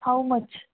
how much